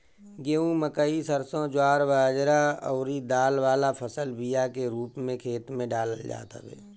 गेंहू, मकई, सरसों, ज्वार बजरा अउरी दाल वाला फसल बिया के रूप में खेते में डालल जात हवे